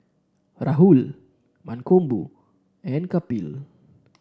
Rahul Mankombu and Kapil